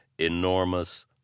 enormous